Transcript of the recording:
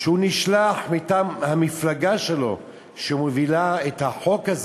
שנשלח מטעם המפלגה שלו שמובילה את החוק,